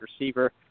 receiver